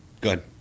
good